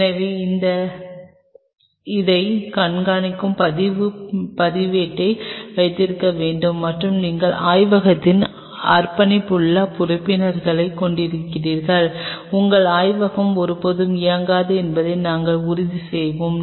எனவே நீங்கள் அதைக் கண்காணிக்கும் பதிவு பதிவேட்டை வைத்திருக்க வேண்டும் மற்றும் நீங்கள் ஆய்வகத்தின் அர்ப்பணிப்புள்ள உறுப்பினர்களைக் கொண்டிருக்கிறீர்கள் உங்கள் ஆய்வகம் ஒருபோதும் இயங்காது என்பதை நாங்கள் உறுதி செய்வோம்